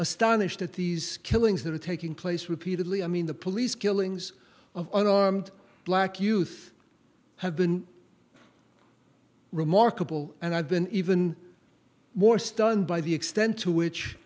astonished at these killings that are taking place repeatedly i mean the police killings of unarmed black youth have been remarkable and i've been even more stunned by the extent to which